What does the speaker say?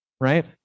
right